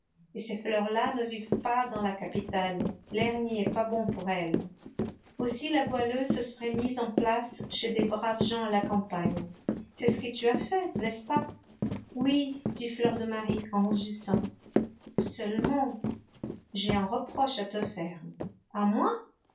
et ces fleurs là ne vivent pas dans la capitale l'air n'y est pas bon pour elles aussi la goualeuse se sera mise en place chez de braves gens à la campagne c'est ce que tu as fait n'est-ce pas oui dit fleur de marie en rougissant seulement j'ai un reproche à te faire à moi